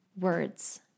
words